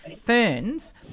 ferns